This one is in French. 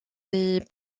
des